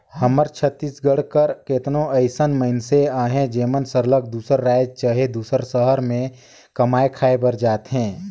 हमर छत्तीसगढ़ कर केतनो अइसन मइनसे अहें जेमन सरलग दूसर राएज चहे दूसर सहर में कमाए खाए बर जाथें